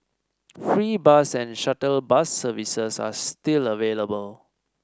free bus and shuttle bus services are still available